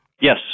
Yes